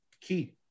key